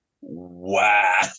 wow